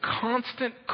constant